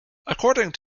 according